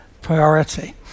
priority